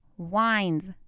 Wines